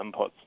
inputs